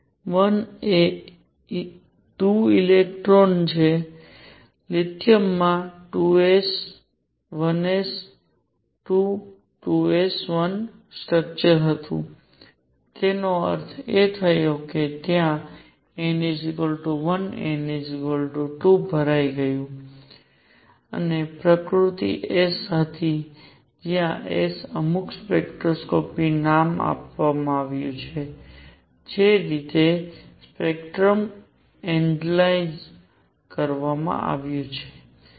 1 એ 2 ઇલેક્ટ્રોન છે લિથિયમમાં 1 s 2 2 s 1 સ્ટ્રકચર હતું તેનો અર્થ એ થયો કે ત્યાં n 1 n 2 ભરાઈ ગયું હતું અને પ્રકૃતિ s હતી જ્યાં s અમુક સ્પેક્ટ્રોસ્કોપિકને નામ આપવામાં આવ્યું હતું જે રીતે સ્પેક્ટ્રમનું એનાલાયજડ કરવામાં આવ્યું હતું